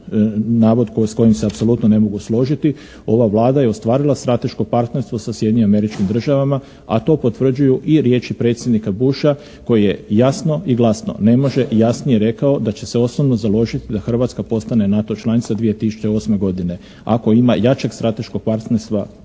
navod s kojim se apsolutno ne mogu složiti ova Vlada je ostvarila strateško partnerstvo sa Sjedinjenim Američkim Državama a to potvrđuju i riječi predsjednika Busha koji je jasno i glasno, ne može jasnije rekao da će se osobno založiti da Hrvatska postane NATO članica 2008. godine. Ako ima jačeg strateškog partnerstva